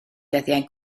dyddiau